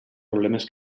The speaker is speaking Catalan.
problemes